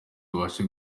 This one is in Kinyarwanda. tubashe